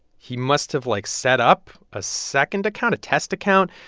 he must have, like, set up a second account, a test account.